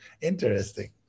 interesting